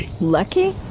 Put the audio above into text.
Lucky